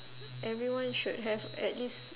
everyone should have at least